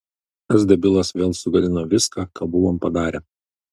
tas debilas vėl sugadino viską ką buvom padarę